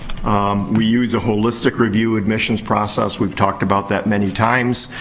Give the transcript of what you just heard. um we use a holistic review admissions process. we've talked about that many times.